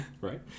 Right